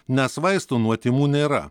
nes vaistų nuo tymų nėra